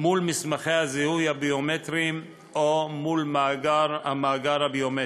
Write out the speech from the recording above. מול מסמכי הזיהוי הביומטריים או מול המאגר הביומטרי.